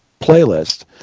playlist